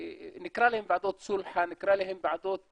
נקרא להן ועדות סולחה, נקרא להן ועדות